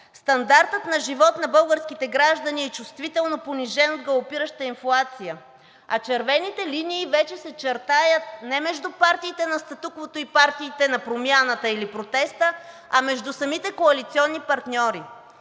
Стандартът на живот на българските граждани е чувствително понижен с галопираща инфлация, а червените линии вече се чертаят не между партиите на статуквото и партиите на промяната или протеста, а между самите коалиционни партньори.